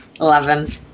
Eleven